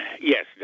Yes